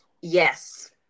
Yes